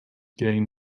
gain